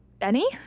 Benny